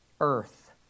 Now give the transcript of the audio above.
earth